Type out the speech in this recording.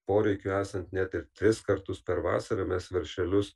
poreikiui esant net ir tris kartus per vasarą mes veršelius